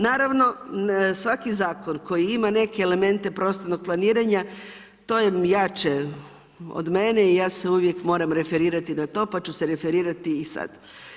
Naravno, svaki zakon, koji neke elemente prostornog planiranja, to je jače od mene i ja se uvijek moram referirati na to pa ću se referirati i sada.